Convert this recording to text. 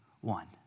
one